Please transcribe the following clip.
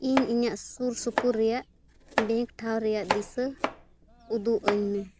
ᱤᱧ ᱤᱧᱟᱹᱜ ᱥᱩᱨ ᱥᱩᱯᱩᱨ ᱨᱮᱭᱟᱜ ᱰᱮᱝᱠ ᱴᱷᱟᱶ ᱨᱮᱭᱟᱜ ᱫᱤᱥᱟᱹ ᱩᱫᱩᱜ ᱟᱹᱧᱢᱮ